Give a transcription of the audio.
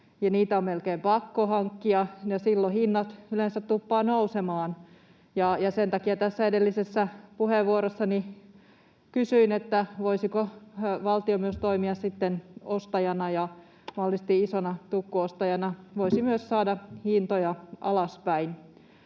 niitä on melkein pakko hankkia, ja silloin hinnat yleensä tuppaavat nousemaan, ja sen takia edellisessä puheenvuorossani kysyin, voisiko valtio myös toimia ostajana ja mahdollisesti isona tukkuostajana voisi myös saada hintoja alaspäin.